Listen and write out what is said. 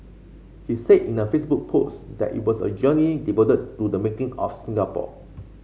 he said in a Facebook post that it was a journey devoted to the making of Singapore